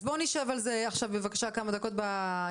אז בואו נשב על זה עכשיו בבקשה כמה דקות בישיבה.